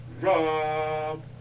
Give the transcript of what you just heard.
Rob